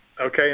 Okay